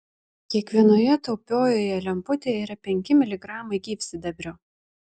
kiekvienoje taupiojoje lemputėje yra penki miligramai gyvsidabrio